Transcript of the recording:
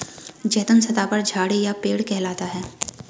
जैतून सदाबहार झाड़ी या पेड़ कहलाता है